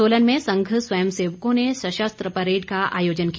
सोलन में संघ स्वयं सेवकों ने सशस्त्र परेड का आयोजन किया